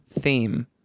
theme